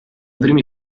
primi